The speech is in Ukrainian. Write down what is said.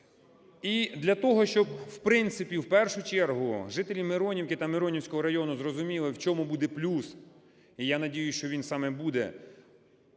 І для того, щоб, в принципі, в першу чергу жителі Миронівки таМиронівського району зрозуміли, в чому буде плюс, і я надіюся, що він саме буде,